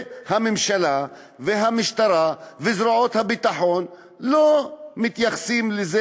והממשלה והמשטרה וזרועות הביטחון לא מתייחסות לזה,